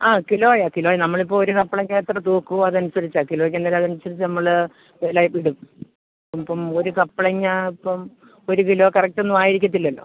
ആ കിലോയാ കിലോയാ നമ്മളിപ്പോൾ ഒരു കപ്പളങ്ങ എത്ര തൂക്കും അതനുസരിച്ചാണ് കിലോയ്ക്കെന്തേലതനുസരിച്ച് നമ്മൾ ലൈഫിടും ഇപ്പം ഒരു കപ്പളങ്ങ ഇപ്പം ഒരു കിലോ കറക്റ്റൊന്നും ആയിരിക്കത്തില്ലല്ലോ